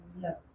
No